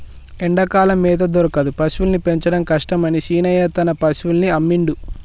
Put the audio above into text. ఎండాకాలం మేత దొరకదు పశువుల్ని పెంచడం కష్టమని శీనయ్య తన పశువుల్ని అమ్మిండు